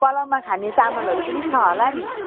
पलाऊमा खाने चामलहरू पनि छ हला नि